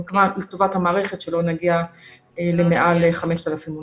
אני מקווה לטובת המערכת שלא נגיע למעל 5,000 מונשמים.